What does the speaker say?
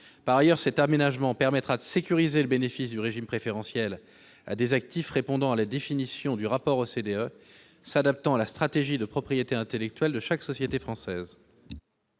Par ailleurs, cet aménagement permettra de sécuriser le bénéfice du régime préférentiel à des actifs répondant à la définition du rapport de l'OCDE, s'adaptant à la stratégie de propriété intellectuelle de chaque société française.